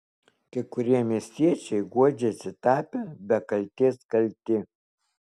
kai kurie miestiečiai guodžiasi tapę be kaltės kalti